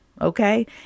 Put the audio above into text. Okay